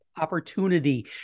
opportunity